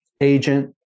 agent